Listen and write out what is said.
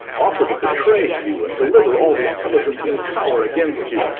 offer to betray you and deliver all the intelligence in his power against you,